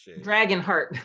Dragonheart